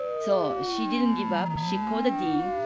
so, she didn't give up. she called the dean.